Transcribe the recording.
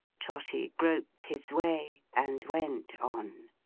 trotty groped his way, and went on.